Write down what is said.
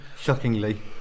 Shockingly